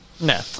no